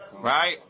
Right